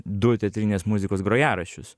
du teatrinės muzikos grojaraščius